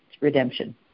Redemption